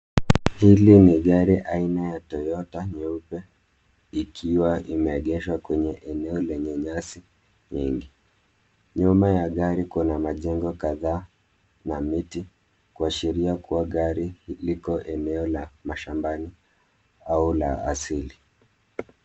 Hili ni gari aina ya Toyota nyeupe ikiwa imeegeshwa kwenye eneo lenye nyasi nyingi. Nyuma ya gari kuna majengo kadhaa na miti kuashiria kuwa gari liko eneo la mashambani au la asili.